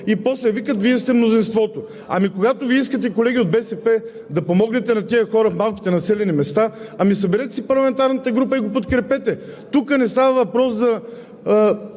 а после викат: „Вие сте мнозинството.“ Ами когато Вие, колеги от БСП, искате да помогнете на тези хора в малките населени места, съберете си парламентарната група и го подкрепете. Тук не става въпрос за